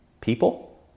people